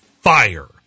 fire